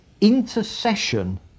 intercession